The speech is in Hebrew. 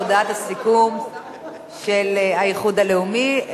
על הודעת הסיכום של האיחוד הלאומי.